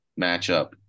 matchup